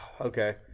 Okay